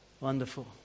Wonderful